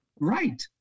right